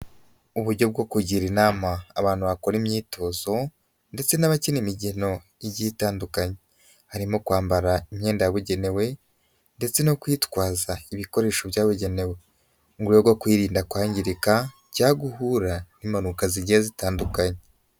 Uburyo bwo kugira inama abantu bakora imyitozo, ndetse n'abakina imikino igiye itandukanye. Harimo kwambara imyenda yabugenewe, ndetse no kwitwaza ibikoresho byabugenewe. Mu rwego rwo kwirinda kwangirika, cya guhura n'ipanuka zigiye zitandukanye.